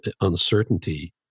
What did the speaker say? uncertainty